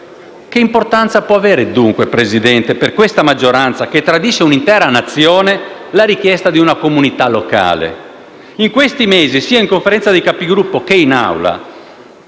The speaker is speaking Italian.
Che importanza può avere dunque, signor Presidente, per questa maggioranza, che tradisce un'intera Nazione, la richiesta di una comunità locale? In questi mesi, sia in Conferenza dei Capigruppo, sia in